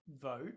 vote